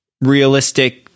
realistic